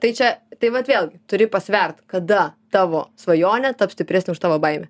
tai čia tai vat vėl turi pasvert kada tavo svajonė taps stipresnė už tavo baimę